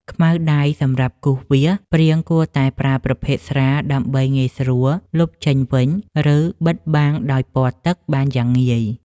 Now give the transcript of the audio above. ខ្មៅដៃសម្រាប់គូសវាសគំនូសព្រាងគួរតែប្រើប្រភេទស្រាលដើម្បីងាយស្រួលលុបចេញវិញ ឬ បិទបាំងដោយពណ៌ទឹកបានយ៉ាងងាយ។